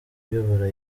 uyobora